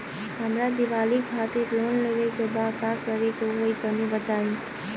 हमके दीवाली खातिर लोन लेवे के बा का करे के होई तनि बताई?